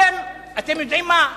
אתם יודעים מה?